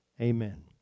Amen